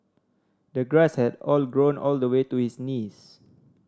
the grass had all grown all the way to his knees